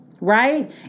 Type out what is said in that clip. Right